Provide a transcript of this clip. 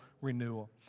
renewal